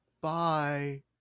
bye